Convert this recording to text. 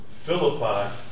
Philippi